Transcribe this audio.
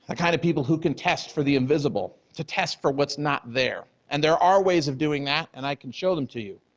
ah kind of people who can test for the invisible, to test for what's not there. and there are ways of doing that and i can show them to you.